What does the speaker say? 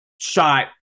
shot